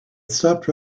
stopped